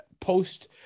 post